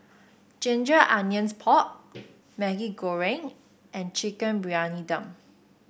Ginger Onions Pork Maggi Goreng and Chicken Briyani Dum